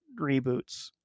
reboots